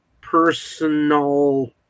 personal